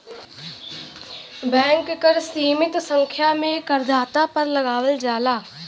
bank कर सीमित संख्या में करदाता पर लगावल जाला